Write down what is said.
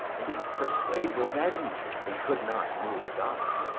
and didst persuade revenge, it could not move thus.